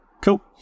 Cool